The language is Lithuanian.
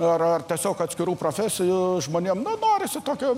ar ar tiesiog atskirų profesijų žmonėm nu norisi tokio